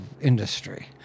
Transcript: industry